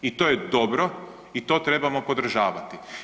I to je dobro i to trebamo podržavati.